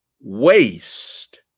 waste